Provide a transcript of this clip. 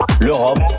L'Europe